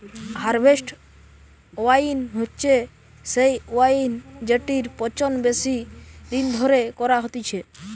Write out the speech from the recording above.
harvest wine হচ্ছে সেই wine জেটির পচন বেশি দিন ধরে করা হতিছে